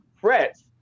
frets